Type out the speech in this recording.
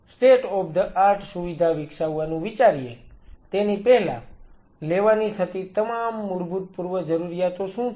આપણે state of the art સુવિધા વિકસાવવાનું વિચારીએ તેની પહેલાં લેવાની થતી તમામ મૂળભૂત પૂર્વજરૂરીયાતો શું છે